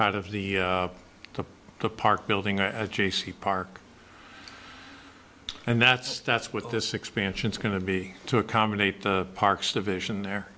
out of the to the park building at j c park and that's that's what this expansion is going to be to accommodate the parks division the